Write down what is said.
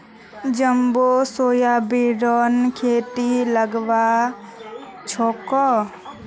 jumbo सोयाबीनेर खेती लगाल छोक